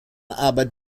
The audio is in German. arbeit